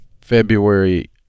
February